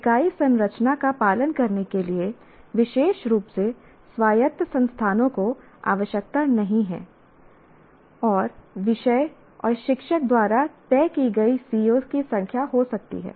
इकाई संरचना का पालन करने के लिए विशेष रूप से स्वायत्त संस्थानों को आवश्यकता नहीं है की और विषय और शिक्षक द्वारा तय की गई CO की संख्या हो सकती है